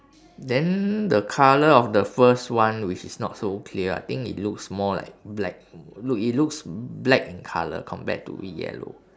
then the colour of the first one which is not so clear I think it looks more like black look it looks black in colour compared to yellow